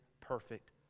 perfect